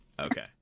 Okay